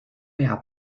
mehr